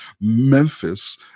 Memphis